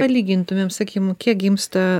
palygintumėm sakykim kiek gimsta